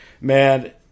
Man